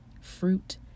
fruit